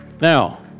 Now